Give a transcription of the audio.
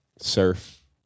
Surf